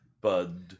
bud